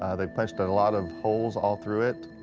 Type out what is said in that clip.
ah they punched a lot of holes all through it.